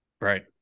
Right